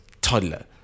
toddler